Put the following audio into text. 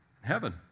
heaven